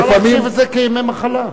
אפשר להחשיב את זה כימי מחלה.